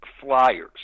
Flyers